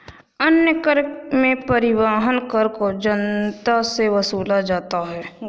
अन्य कर में परिवहन कर को जनता से वसूला जाता है